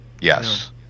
Yes